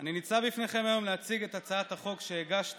אני ניצב בפניכם היום להציג את הצעת החוק שהגשתי,